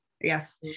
yes